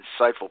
insightful